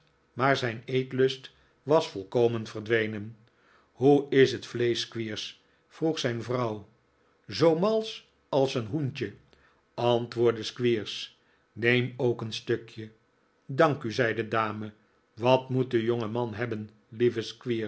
maar zijn eetlust was volkomen verdwenen hoe is het vleesch squeers vroeg zijn vrouw zoo malsch als een hoentje antwoordde squeers neem ook een stukje dank u zei de dame wat moet de jongeman hebben lieve